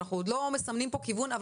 אנחנו עוד לא מסמנים פה כיוון אבל